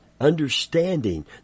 understanding